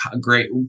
great